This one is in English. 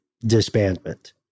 disbandment